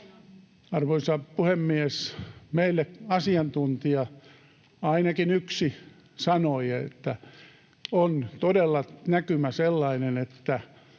Arvoisa puhemies! Meille asiantuntija, ainakin yksi, sanoi, että on todella näkymä sellainen, että